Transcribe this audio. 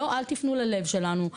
לא, אל תיפנו ללב שלנו.